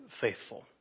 faithful